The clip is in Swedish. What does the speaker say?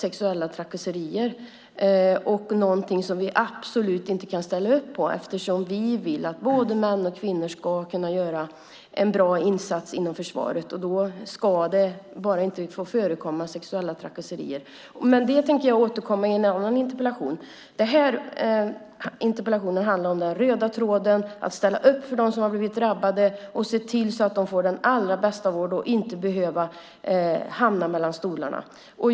Det är något vi absolut inte kan ställa upp på eftersom vi vill att både män och kvinnor ska kunna göra en bra insats inom försvaret. Då ska sexuella trakasserier bara inte få förekomma. Det tänker jag dock återkomma till i en annan interpellation. Denna interpellation handlar om den röda tråden och att ställa upp för dem som blivit drabbade. Vi ska se till att de får den allra bästa vården och slipper hamna mellan stolarna.